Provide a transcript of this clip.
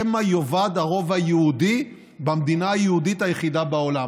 שמא יאבד הרוב היהודי במדינה היהודית היחידה בעולם.